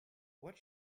what